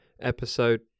episode